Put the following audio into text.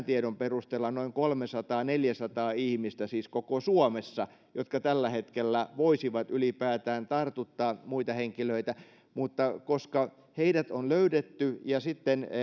tiedon perusteella noin kolmesataa neljäsataa ihmistä siis koko suomessa jotka tällä hetkellä voisivat ylipäätään tartuttaa muita henkilöitä mutta koska heidät on löydetty ja sitten